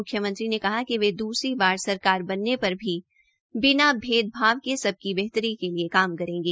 म्ख्यमंत्री ने कहा कि वे दूसरी बार सरकार बनने पर भी बिना भेदभाव के सबकी बेहतरी के लिए काम करेंगे